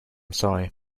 sorry